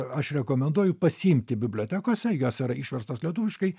aš rekomenduoju pasiimti bibliotekose jos yra išverstos lietuviškai